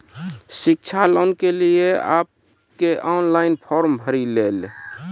शिक्षा लोन के लिए आप के ऑनलाइन फॉर्म भरी ले?